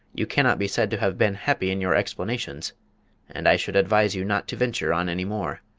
you cannot be said to have been happy in your explanations and i should advise you not to venture on any more.